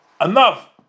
enough